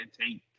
take